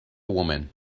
woman